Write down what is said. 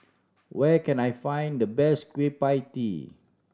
where can I find the best Kueh Pie Tee